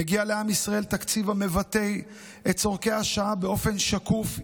מגיע לעם ישראל תקציב שמבטא את צורכי השעה באופן שקוף,